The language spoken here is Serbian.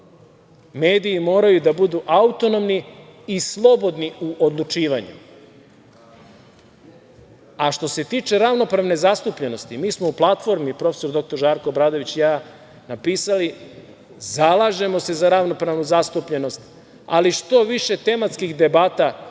Mediji moraju da budu autonomni i slobodni u odlučivanju. Što se tiče ravnopravne zastupljenosti, mi smo u Platformi, prof. dr Žarko Obradović i ja, napisali da se zalažemo za ravnopravnu zastupljenost, ali što više tematskih debata, pa,